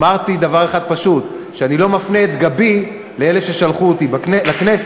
אמרתי דבר אחד פשוט: אני לא מפנה את גבי לאלה ששלחו אותי לכנסת,